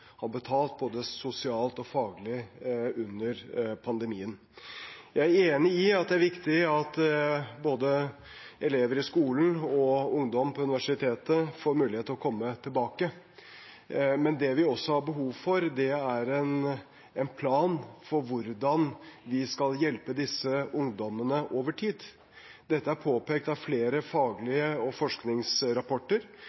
har betalt, både sosialt og faglig, under pandemien. Jeg er enig i at det er viktig at både elever i skolen og ungdom på universitetet får mulighet til å komme tilbake, men det vi også har behov for, er en plan for hvordan vi skal hjelpe disse ungdommene over tid. Dette er påpekt av flere